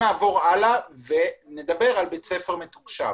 נעבור לבית ספר מתוקשב,